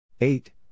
eight